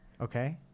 okay